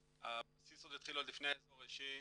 הבסיס עוד התחיל לפני האזור האישי,